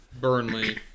Burnley